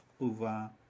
over